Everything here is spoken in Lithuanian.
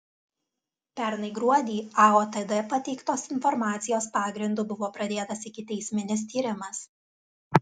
pernai gruodį aotd pateiktos informacijos pagrindu buvo pradėtas ikiteisminis tyrimas